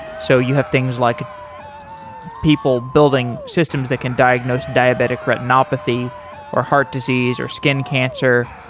so you have things like people building systems that can diagnose diabetic retinopathy or heart disease or skin cancer.